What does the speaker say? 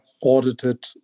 audited